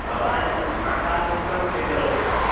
भवान् महाकालवस्त्रं स्वीकरोतु